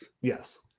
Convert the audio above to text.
Yes